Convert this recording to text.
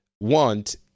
want